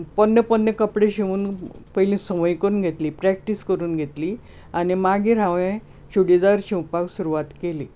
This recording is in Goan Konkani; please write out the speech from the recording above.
पोरणे पोरणे कपडे शिवून पयली संवय करून घेतली प्रॅक्टीस करून घेतली आनी मागीर हांवें चुडीदार शिवपाक सुरवात केली